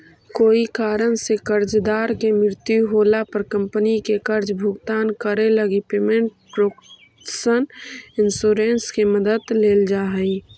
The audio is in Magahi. कोई कारण से कर्जदार के मृत्यु होला पर कंपनी के कर्ज भुगतान करे लगी पेमेंट प्रोटक्शन इंश्योरेंस के मदद लेल जा हइ